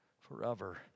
forever